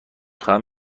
خواهم